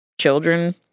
children